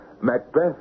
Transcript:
Macbeth